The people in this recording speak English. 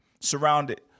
surrounded